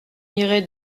irait